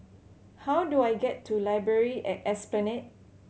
how do I get to Library at Esplanade